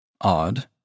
Odd